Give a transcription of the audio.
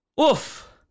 Oof